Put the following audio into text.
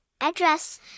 address